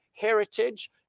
heritage